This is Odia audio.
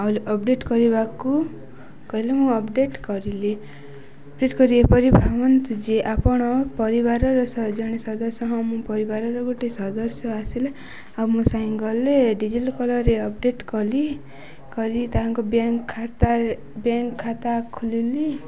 ଆଉ ଅପଡ଼େଟ୍ କରିବାକୁ କହିଲେ ମୁଁ ଅପଡ଼େଟ୍ କରିଲି ଅପଡ଼େଟ୍ କରି ଏପରି ଭାବନ୍ତୁ ଯେ ଆପଣ ପରିବାରର ଜଣେ ସଦସ୍ୟ ହଁ ମୋ ପରିବାରର ଗୋଟେ ସଦସ୍ୟ ଆସିଲେ ଆଉ ମୁଁ ସାଙ୍ଗ ଗଲେ ରେ ଅପଡ଼େଟ୍ କଲି କରି ତାଙ୍କ ବ୍ୟାଙ୍କ ଖାତାରେ ବ୍ୟାଙ୍କ ଖାତା ଖୋଲିଲି